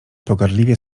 pogardliwie